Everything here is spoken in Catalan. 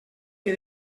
que